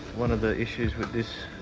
one of the issues with this